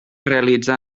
realitza